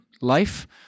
life